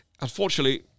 unfortunately